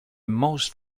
most